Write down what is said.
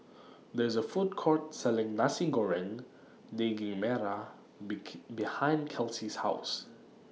There IS A Food Court Selling Nasi Goreng Daging Merah behind Kelsi's House